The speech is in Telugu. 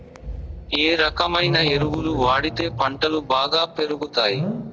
ఏ రకమైన ఎరువులు వాడితే పంటలు బాగా పెరుగుతాయి?